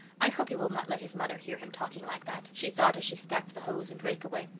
i hope he will not let his mother hear him talking like that, she thought as she stacked the hoes and rake away.